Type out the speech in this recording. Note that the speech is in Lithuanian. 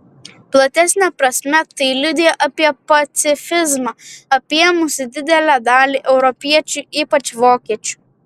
platesne prasme tai liudija apie pacifizmą apėmusį didelę dalį europiečių ypač vokiečių